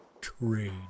trade